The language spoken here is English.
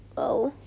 !wow!